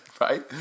right